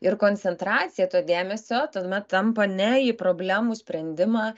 ir koncentracija to dėmesio tuomet tampa ne į problemų sprendimą